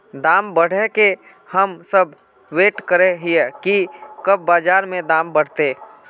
दाम बढ़े के हम सब वैट करे हिये की कब बाजार में दाम बढ़ते?